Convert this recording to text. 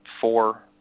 four